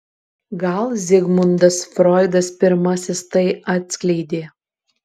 gal zigmundas froidas pirmasis tai atskleidė